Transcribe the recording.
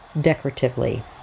decoratively